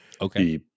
okay